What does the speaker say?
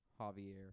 Javier